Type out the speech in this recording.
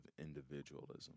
individualism